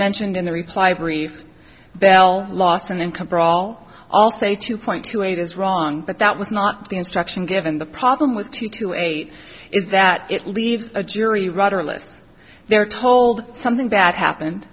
mentioned in the reply brief bell lost in income for all also two point two eight is wrong but that was not the instruction given the problem with two to eight is that it leaves a jury rudderless they are told something bad happened